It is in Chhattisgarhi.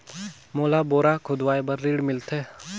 मोला बोरा खोदवाय बार ऋण मिलथे?